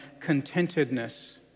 contentedness